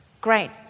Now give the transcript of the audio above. Great